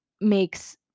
makes